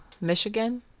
michigan